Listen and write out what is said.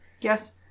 Yes